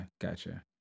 Gotcha